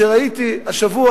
כשראיתי השבוע,